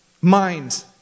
mind